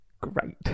Great